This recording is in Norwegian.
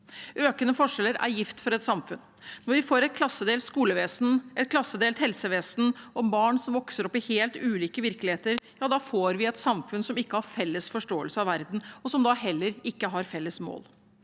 Økende forskjeller er gift for et samfunn. Når vi får et klassedelt skolevesen, et klassedelt helsevesen og barn som vokser opp i helt ulike virkeligheter, får vi et samfunn som ikke har felles forståelse av verden, og som da heller ikke har felles mål.